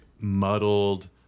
muddled